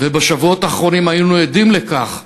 ובשבועות האחרונים היינו עדים לכך